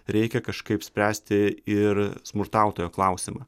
reikia kažkaip spręsti ir smurtautojo klausimą